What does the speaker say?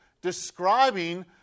describing